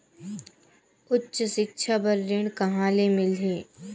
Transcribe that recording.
उच्च सिक्छा बर ऋण कहां ले मिलही?